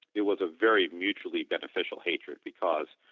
it was a very mutually beneficial hatred because